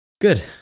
Good